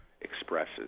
expresses